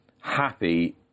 happy